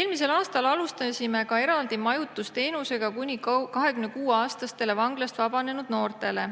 Eelmisel aastal alustasime ka eraldi majutusteenusega kuni 26-aastastele vanglast vabanenud noortele.